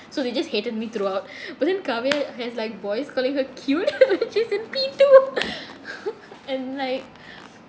so they just hated me throughout but then kavya has like boys calling her cute she's in P two and like